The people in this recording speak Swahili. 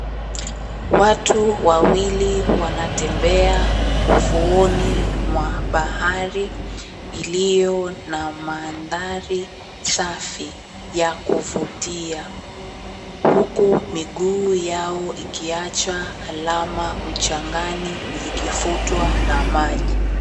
Watu wawili wanatembea ufuoni mwa bahari iliyo na maandhari safi ya kuvutia huku miguu yao ikiacha alama mchangani zikifutwa na maji.